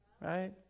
Right